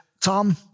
Tom